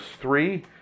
three